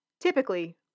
Typically